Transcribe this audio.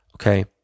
Okay